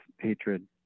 hatred